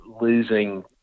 losing